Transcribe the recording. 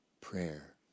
Prayer